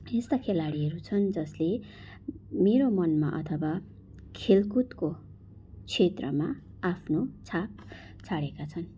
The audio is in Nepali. यस्ता खेलाडीहरू छन् जसले मेरो मनमा अथवा खेलकुदको छेत्रमा आफ्नो छाप छाडेका छन्